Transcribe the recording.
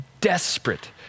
desperate